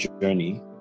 journey